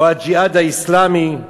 או "הג'יהאד האסלאמי".